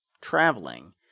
traveling